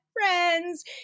friends